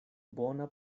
bona